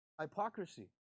hypocrisy